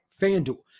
FanDuel